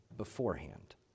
beforehand